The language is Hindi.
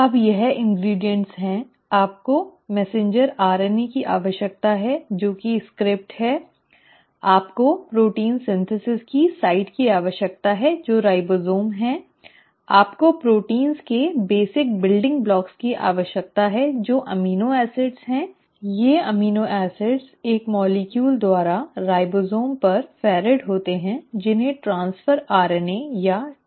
अब यह इन्ग्रीडीअन्ट है आपको messenger RNA की आवश्यकता है जो कि स्क्रिप्ट है आपको प्रोटीन संश्लेषण की साइट की आवश्यकता है जो राइबोसोम है आपको प्रोटी न के बुनियादी बिल्डिंग ब्लॉक की आवश्यकता होती है जो अमीनो एसिड हैं और ये एमिनो एसिड एक अणु द्वारा राइबोसोम पर फेराइड होते है जिन्हें ट्रैन्स्फर आरएनए या tRNA कहा जाता है